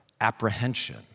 apprehension